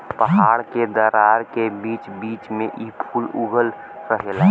पहाड़ के दरार के बीच बीच में इ फूल उगल रहेला